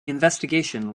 investigation